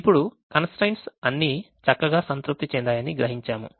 ఇప్పుడు constraints అన్నీ చక్కగా సంతృప్తి చెందాయని గ్రహించాము